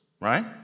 right